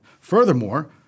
Furthermore